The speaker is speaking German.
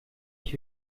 ich